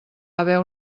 haver